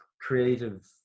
creative